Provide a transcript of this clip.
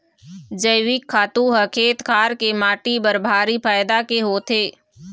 जइविक खातू ह खेत खार के माटी बर भारी फायदा के होथे